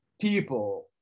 people